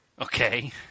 Okay